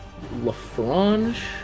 LaFrange